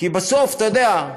כי בסוף, אתה יודע,